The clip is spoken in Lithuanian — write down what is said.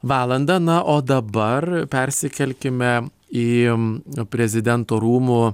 valandą na o dabar persikelkime į prezidento rūmų